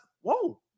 whoa